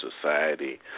society